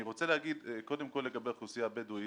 אני רוצה לומר קודם כל לגבי האוכלוסייה הבדואית.